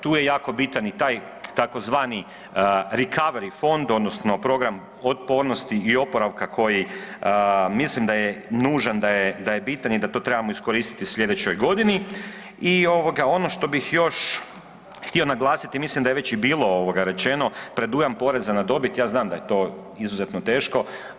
Tu je jako bitan i taj tzv. recovery fond odnosno program otpornosti i oporavka koji mislim da je nužan, da je bitan i da to trebamo iskoristiti u sljedećoj godini i ovoga, ono što bih još htio naglasiti, mislim da je već i bilo rečeno, predujam poreza na dobit, ja znam da je to izuzetno teško.